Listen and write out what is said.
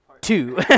two